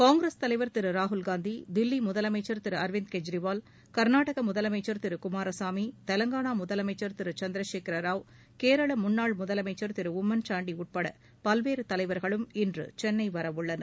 காங்கிரஸ் தலைவர் திரு ராகுல் காந்தி தில்லி முதலமைச்சர் திரு அரவிந்த் கெஜிவால் கர்நாடக முதலமைச்சா் திரு குமாரசாமி தெலங்கானா முதலமைச்சா் திரு சந்திரசேகரராவ் கேரள முன்னாள் முதலமைச்சர் திரு உம்மன்சாண்டி உட்பட பல்வேறு தலைவர்களும் இன்று சென்னை வரவுள்ளனர்